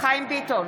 חיים ביטון,